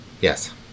yes